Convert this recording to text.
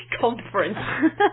conference